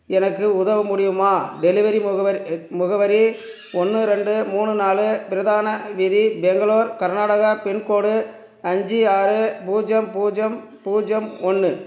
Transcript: எனக்கு உதவ முடியுமா டெலிவரி முகவரி முகவரி ஒன்று ரெண்டு மூணு நாலு பிரதான வீதி பெங்களூர் கர்நாடகா பின்கோடு அஞ்சு ஆறு பூஜ்ஜியம் பூஜ்ஜியம் பூஜ்ஜியம் ஒன்று